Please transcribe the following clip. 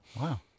Wow